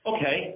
Okay